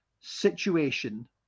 situation